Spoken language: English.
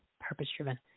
purpose-driven